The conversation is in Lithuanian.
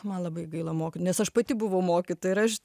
man labai gaila mokytojų nes aš pati buvau mokytoja ir aš